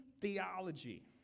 theology